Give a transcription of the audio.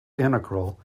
integral